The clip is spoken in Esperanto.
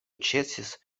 ĉesis